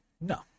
No